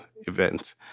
event